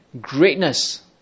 greatness